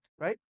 right